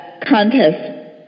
contest